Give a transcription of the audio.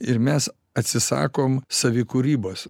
ir mes atsisakom savikūrybos